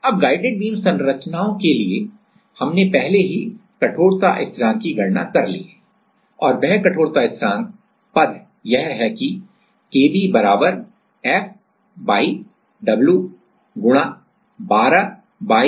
अब guided beam संरचनाओं के लिए हमने पहले ही कठोरता स्थिरांक की गणना कर ली है और वह कठोरता स्थिरांक पद यह है कि Kb F W 12 Y I L cube